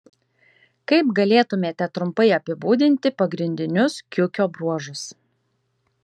kaip galėtumėte trumpai apibūdinti pagrindinius kiukio bruožus